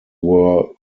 were